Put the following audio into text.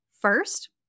First